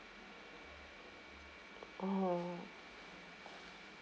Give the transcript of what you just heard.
oh